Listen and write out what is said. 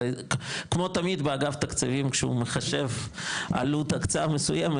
הרי כמו תמיד באגף תקציבים כשהוא מחשב עלות הקצאה מסוימת,